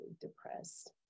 depressed